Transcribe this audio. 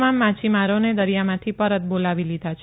તમામ માછીમારોને દરિયામાંથી પરત બોલાવી લીધા છે